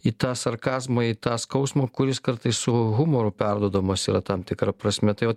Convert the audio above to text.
į tą sarkazmą į tą skausmą kuris kartais su humoru perduodamas yra tam tikra prasme tai vat